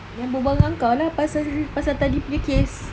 then berbual dengan kau lah pasal pasal tadi punya kes